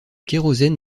kérosène